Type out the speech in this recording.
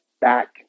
back